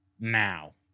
now